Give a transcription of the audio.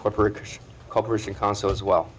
corporate cooperation console as well